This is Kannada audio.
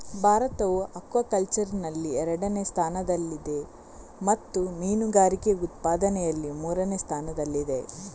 ಭಾರತವು ಅಕ್ವಾಕಲ್ಚರಿನಲ್ಲಿ ಎರಡನೇ ಸ್ಥಾನದಲ್ಲಿದೆ ಮತ್ತು ಮೀನುಗಾರಿಕೆ ಉತ್ಪಾದನೆಯಲ್ಲಿ ಮೂರನೇ ಸ್ಥಾನದಲ್ಲಿದೆ